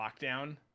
lockdown